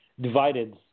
divided